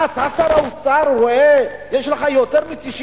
מה אתה, שר האוצר, רואה, יש לך יותר מ-90,000.